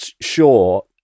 sure